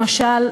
למשל,